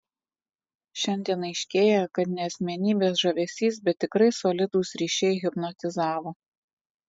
šiandien aiškėja kad ne asmenybės žavesys bet tikrai solidūs ryšiai hipnotizavo